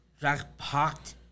jackpot